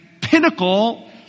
pinnacle